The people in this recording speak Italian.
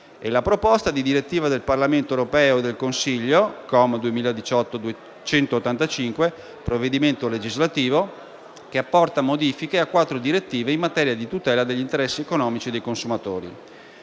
la proposta di direttiva del Parlamento europeo e del Consiglio (COM(2018) 185), provvedimento legislativo, che apporta modifiche a quattro direttive in materia di tutela degli interessi economici dei consumatori.